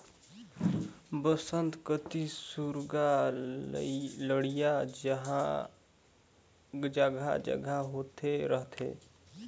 बस्तर कति मुरगा लड़ई जघा जघा होत रथे